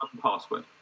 Password